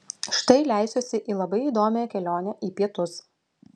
štai leisiuosi į labai įdomią kelionę į pietus